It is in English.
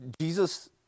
Jesus